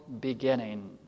beginning